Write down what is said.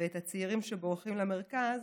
ואת הצעירים שבורחים למרכז